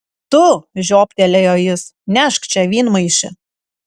tu žioptelėjo jis nešk čia vynmaišį